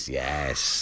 yes